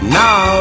now